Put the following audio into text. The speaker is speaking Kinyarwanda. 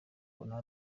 ubona